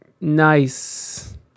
Nice